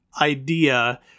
idea